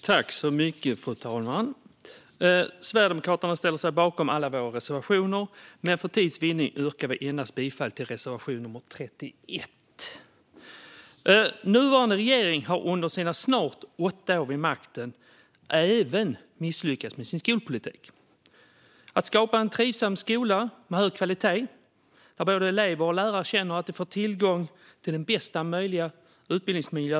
Fru talman! Vi i Sverigedemokraterna ställer oss bakom alla våra reservationer, men för tids vinning yrkar jag endast bifall till reservation 29. Nuvarande regering har under sina snart åtta år vid makten även misslyckats med sin skolpolitik. Det handlar om att skapa en trivsam skola med hög kvalitet där både elever och lärare känner att de får tillgång till bästa möjliga utbildningsmiljö.